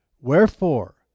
Wherefore